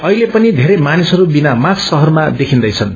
अहिले पनि बेरै मानिसहरू बिना मास्क शहरमा देखिन्दैछन्